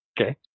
Okay